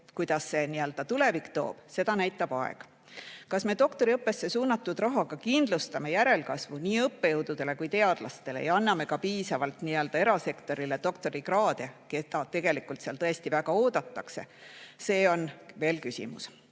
mida tulevik toob, seda näitab aeg. Kas me doktoriõppesse suunatud rahaga kindlustame järelkasvu nii õppejõududele kui ka teadlastele ja anname ka piisavalt erasektorile doktorikraade? Neid tegelikult seal tõesti väga oodatakse. See on veel küsimus.